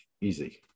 Easy